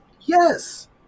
yes